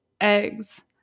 eggs